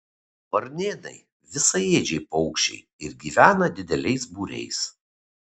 varnėnai visaėdžiai paukščiai ir gyvena dideliais būriais